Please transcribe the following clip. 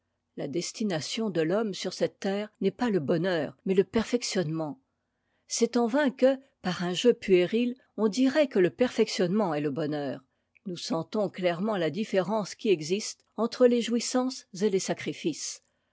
la destination de l'homme sur cette terre n'est pas le bonheur mais le perfectionnement c'est en vain que par un jeu puéril on dirait que le perfectionnement est le bonheur nous sentons cta rement la différence qui existe entre les jouissances et les sacrifices